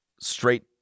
straight